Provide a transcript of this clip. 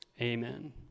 Amen